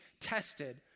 tested